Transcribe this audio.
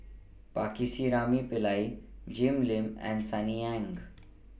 Pillai Jim Lim and Sunny Ang